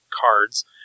cards